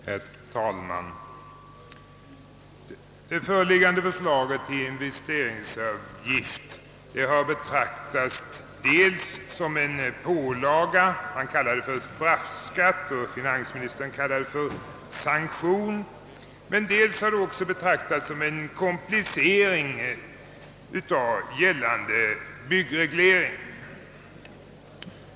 Herr talman! Det föreliggande förslaget till investeringsavgift har betrak tats dels som en pålaga — man kallar det för straffskatt, och finansministern kallar det för sanktion — dels också som en komplicering av gällande byggreglering.